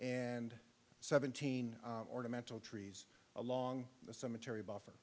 and seventeen ornamental trees along the cemetery buffer